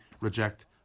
reject